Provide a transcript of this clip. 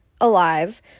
alive